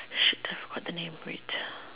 shit I forgot the name wait